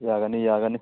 ꯌꯥꯒꯅꯤ ꯌꯥꯒꯅꯤ